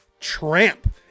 tramp